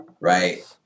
right